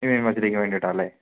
evening ബാച്ചിലേക്ക് വേണ്ടീട്ടാല്ലേ